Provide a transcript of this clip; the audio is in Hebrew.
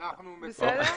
בסדר?